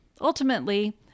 Ultimately